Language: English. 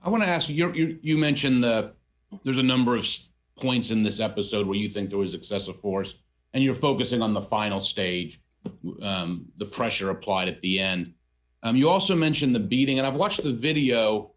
to ask you your you mentioned that there's a number of points in this episode where you think there was excessive force and you're focusing on the final stage but the pressure applied at the end and you also mention the beating and i've watched the video